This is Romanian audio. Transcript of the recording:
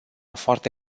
foarte